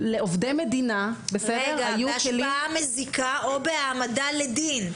לעובדי מדינה היו כלים --- בהשפעה מזיקה או בהעמדה לדין.